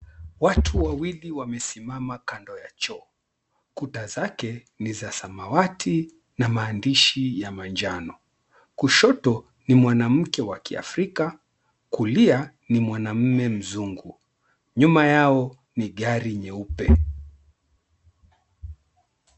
Watu wawili wamesimama kando ya choo kuta zake ni za samawati na maandishi ya manjano kushoto ni mwanamke wa kiafirika kulia ni mwanamume mzungu. Nyuma yao ni gari nyeupe.